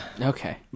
okay